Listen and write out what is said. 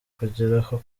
kugeraho